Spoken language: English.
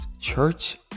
church